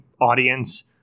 audience